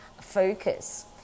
focus